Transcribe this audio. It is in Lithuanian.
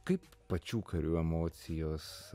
kaip pačių karių emocijos